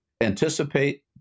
anticipate